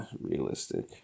realistic